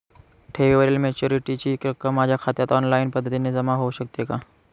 ठेवीवरील मॅच्युरिटीची रक्कम माझ्या खात्यात ऑनलाईन पद्धतीने जमा होऊ शकते का?